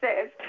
says